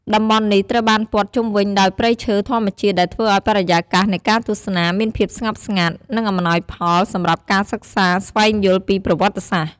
តំបន់នេះត្រូវបានព័ទ្ធជុំវិញដោយព្រៃឈើធម្មជាតិដែលធ្វើឲ្យបរិយាកាសនៃការទស្សនាមានភាពស្ងប់ស្ងាត់ និងអំណោយផលសម្រាប់ការសិក្សាស្វែងយល់ពីប្រវត្តិសាស្ត្រ។